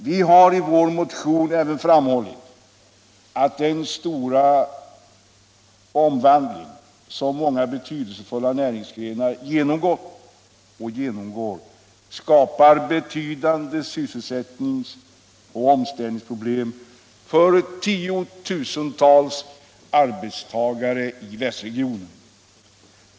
Vi har i motionen 1836 även framhållit att den stora omvandling som många betydelsefulla näringsgrenar genomgått och genomgår skapar betydande sysselsättnings och omställningsproblem för tiotusentals arbetstagare i västregionen.